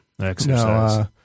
Exercise